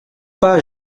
pas